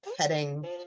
petting